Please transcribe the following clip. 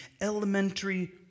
elementary